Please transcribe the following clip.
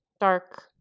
dark